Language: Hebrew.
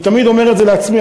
אני תמיד אומר את זה לעצמי,